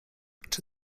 czy